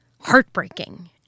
Heartbreaking